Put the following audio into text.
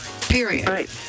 period